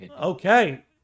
Okay